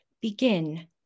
begin